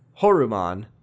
Horuman